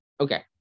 Okay